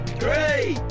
three